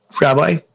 Rabbi